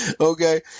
Okay